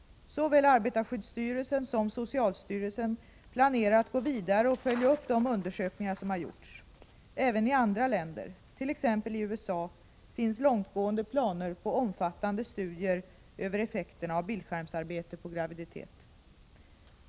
Såväl arbetarskyddsstyrelsen som socialstyrelsen planerar att gå vidare och följa upp de undersökningar som har gjorts. Även i andra länder, t.ex. i USA, finns långtgående planer på omfattande studier över effekterna av bildskärmsarbete på graviditet.